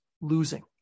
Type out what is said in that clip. losing